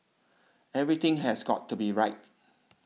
everything has got to be right